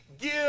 give